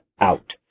out